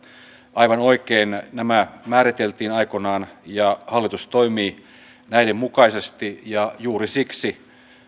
aivan oikein nämä määriteltiin aikoinaan ja hallitus toimii näiden mukaisesti juuri siksi